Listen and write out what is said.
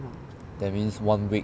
that means one week